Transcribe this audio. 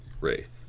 Wraith